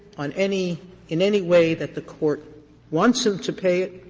on any in any way that the court wants him to pay it.